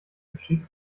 geschick